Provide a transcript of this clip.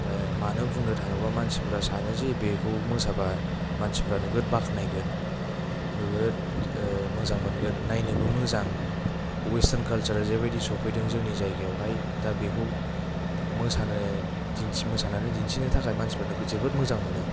ओमफ्राय मानो बुंनो थाङोब्ला मानसिफ्रा सानो जे बेखौ मानसिफ्रा नोगोर बाख्नायगोन नोगोद मोजां मोनगोन नायनोबो मोजां अवेसथार्न खालसारा जेबादि सफैदों जोंनि जायगायाव हाय दा बेखौ मोसानो मोसानानै दिन्थिनो थाखाय मानसिफ्रा जोबोद मोजां मोनो